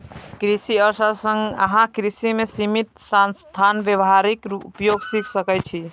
कृषि अर्थशास्त्र सं अहां कृषि मे सीमित साधनक व्यावहारिक उपयोग सीख सकै छी